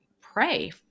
pray